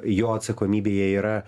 jo atsakomybėje yra